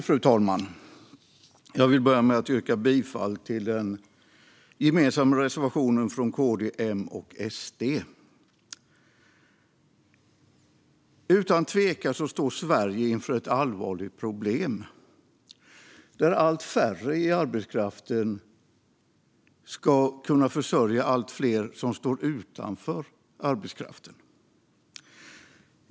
Fru talman! Jag vill börja med att yrka bifall till den gemensamma reservationen från KD, M och SD. Utan tvekan står Sverige inför ett allvarligt problem där allt färre i arbetskraften ska försörja allt fler som står utanför arbetskraften.